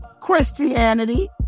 christianity